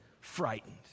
frightened